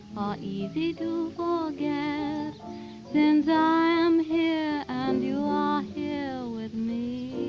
easy to forget since i am here, and you are here with me.